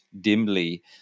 dimly